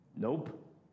Nope